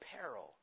peril